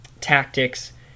tactics